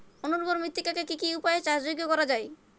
অনুর্বর মৃত্তিকাকে কি কি উপায়ে চাষযোগ্য করা যায়?